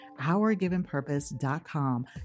OurGivenPurpose.com